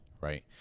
Right